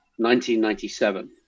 1997